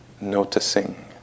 noticing